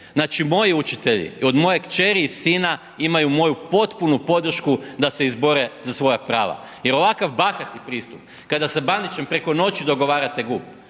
znači moji učitelji, od moje kćeri i sina, imaju moju potpunu podršku da se izbore za svoja prava jer ovakav bahati pristup kada sa Bandićem preko noći dogovarate GUP,